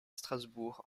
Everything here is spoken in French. strasbourg